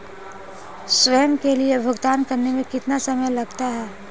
स्वयं के लिए भुगतान करने में कितना समय लगता है?